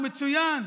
הוא מצוין.